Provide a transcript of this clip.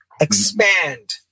expand